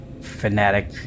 fanatic